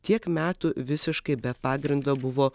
tiek metų visiškai be pagrindo buvo